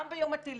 גם באיום הטילים,